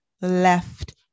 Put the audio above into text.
left